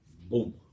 Boom